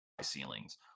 ceilings